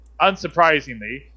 unsurprisingly